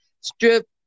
Strip